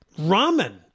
Ramen